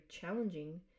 challenging